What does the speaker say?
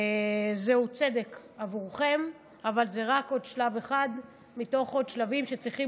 זהו צדק עבורכם אבל זה רק עוד שלב אחד מתוך עוד שלבים שצריכים